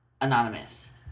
Anonymous